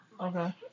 Okay